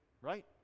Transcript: right